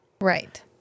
Right